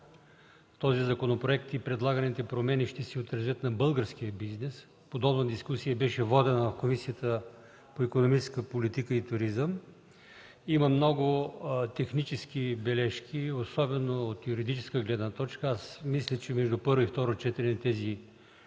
със законопроекта промени ще се отразят на българския бизнес. Подобна дискусия беше водена в Комисията по икономическата политика и туризъм. Има много технически бележки, особено от юридическа гледна точка – мисля, че между първо и второ четене тези